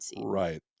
Right